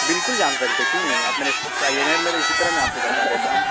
بالکل جان سکتے کیوں نہیں آپ میرے شاپ پہ آئیے گا میرے اسی طرح میں آپ کو بتا دیتا ہوں